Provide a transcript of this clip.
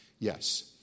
Yes